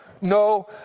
no